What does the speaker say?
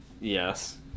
Yes